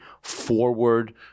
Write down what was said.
forward